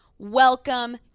welcome